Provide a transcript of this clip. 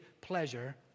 pleasure